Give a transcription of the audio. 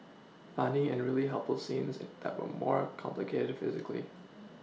funny and really helpful scenes it that were more complicated physically